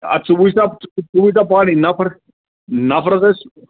اَدٕ ژٕ وُچھ سا ژٕ وُچھ سا پانے نَفَر نَفرَس آسہِ